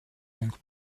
donc